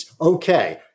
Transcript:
Okay